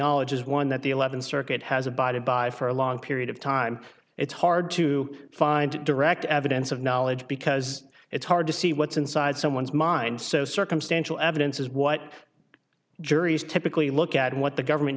knowledge is one that the eleventh circuit has abided by for a long period of time it's hard to find direct evidence of knowledge because it's hard to see what's inside someone's mind so circumstantial evidence is what juries typically look at what the government